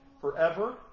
forever